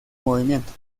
movimiento